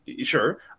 Sure